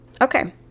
Okay